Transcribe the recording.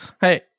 Hey